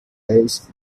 ash